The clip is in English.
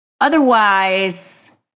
otherwise